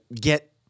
get